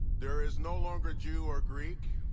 there is no longer jew or greek,